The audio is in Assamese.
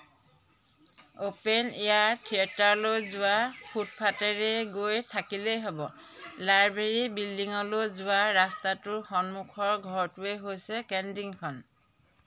অ'পেন এয়াৰ থিয়েটাৰলৈ যোৱা ফুটপাথেৰে গৈ থাকিলেই হ'ব লাইব্ৰেৰী বিল্ডিঙলৈ যোৱা ৰাস্তাটোৰ সন্মুখৰ ঘৰটোৱেই হৈছে কেণ্টিনখন